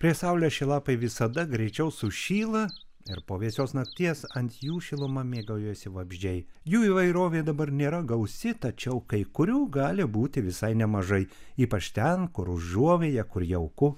prieš saulę šie lapai visada greičiau sušyla ir po vėsios nakties ant jų šiluma mėgaujasi vabzdžiai jų įvairovė dabar nėra gausi tačiau kai kurių gali būti visai nemažai ypač ten kur užuovėja kur jauku